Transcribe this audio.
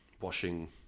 washing